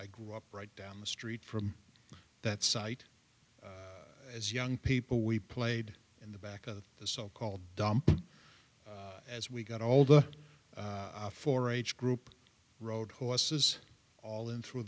i grew up right down the street from that site as young people we played in the back of the so called dom as we got older for each group rode horses all in through